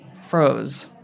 froze